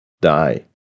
die